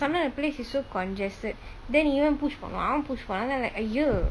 sometimes the place is so congested then இவ:iva push பன்னுவா அவ:pannuva ava push பன்னுவா ஆனா:pannuva aana like !aiyo!